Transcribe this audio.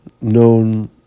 known